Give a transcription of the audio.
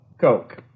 Coke